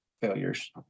failures